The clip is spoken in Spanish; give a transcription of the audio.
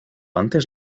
antes